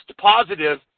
positive